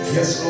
Yes